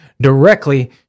directly